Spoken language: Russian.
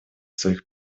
самих